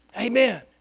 Amen